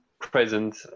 present